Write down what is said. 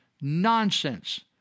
Nonsense